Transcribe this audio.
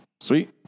Sweet